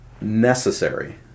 necessary